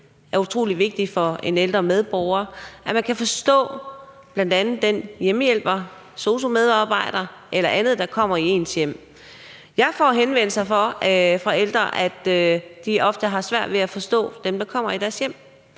er utrolig vigtigt for en ældre medborger – at man kan forstå bl.a. den hjemmehjælper, sosu-medarbejder eller andet, der kommer i ens hjem. Jeg får henvendelser fra ældre om, at de ofte har svært ved at forstå dem, der kommer i deres hjem,